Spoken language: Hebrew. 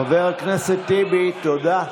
חבר הכנסת טיבי, תודה.